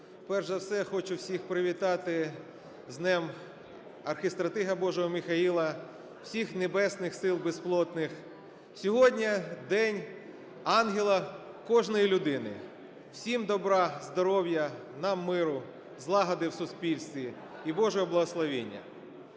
Перш за все, я хочу всіх привітати з Днем Архистратига Божого Михаїла, всіх Небесних Сил безплотних! Сьогодні день ангела кожної людини, всім добра, здоров'я, нам миру, злагоди в суспільстві і Божого благословення.